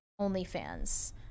OnlyFans